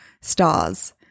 stars